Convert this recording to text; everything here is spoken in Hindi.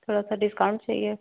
थोड़ा सा डिस्काउंट चाहिए